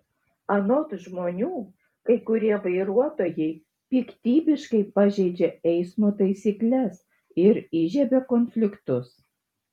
anot žmonių kai kurie vairuotojai piktybiškai pažeidžia eismo taisykles ir įžiebia konfliktus